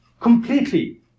Completely